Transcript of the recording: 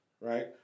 right